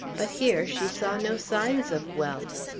but here she saw no signs of wealth.